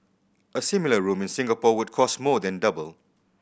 a similar room in Singapore would cost more than double